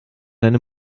deine